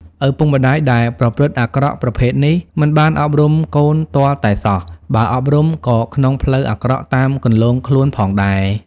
ឪពុកម្ដាយដែលប្រព្រឹត្តិអាក្រក់ប្រភេទនេះ មិនបានអប់រំកូនទាល់តែសោះ បើអប់រំក៏ក្នុងផ្លូវអាក្រក់តាមគន្លងខ្លួនផងដែរ ។